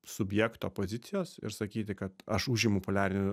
subjekto pozicijos ir sakyti kad aš užimu poliarinių